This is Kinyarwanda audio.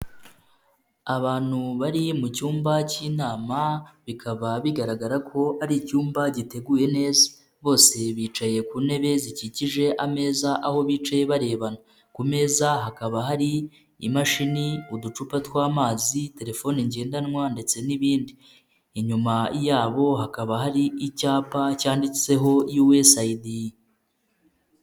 Abantu bari mu cyumba cy'inama bikaba bigaragara ko ari icyumba giteguye neza, bose bicaye ku ntebe zikikije ameza aho bicaye barebana, ku meza hakaba hari imashini, uducupa tw'amazi, telefone ngendanwa ndetse n'ibindi. Inyuma yabo hakaba hari icyapa cyanditseho yuwesayidi.